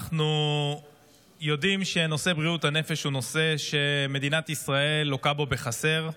אנחנו יודעים שנושא בריאות הנפש הוא נושא שבמדינת ישראל לוקה בחסר.